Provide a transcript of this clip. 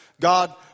God